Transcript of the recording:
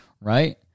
right